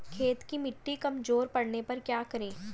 खेत की मिटी कमजोर पड़ने पर क्या करें?